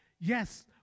Yes